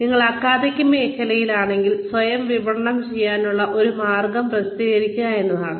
നിങ്ങൾ അക്കാദമിക് മേഖലയിലാണെങ്കിൽ സ്വയം വിപണനം ചെയ്യാനുള്ള ഒരു മാർഗം പ്രസിദ്ധീകരിക്കുക എന്നതാണ്